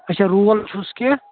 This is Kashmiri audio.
اچھا رول چھُس کیٚنہہ